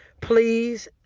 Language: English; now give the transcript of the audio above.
please